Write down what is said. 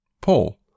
Paul